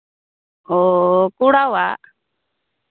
ᱦᱳᱭ ᱠᱚᱲᱟᱣᱟᱜ